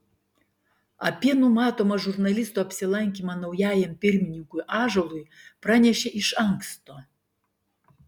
apie numatomą žurnalisto apsilankymą naujajam pirmininkui ąžuolui pranešė iš anksto